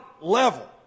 level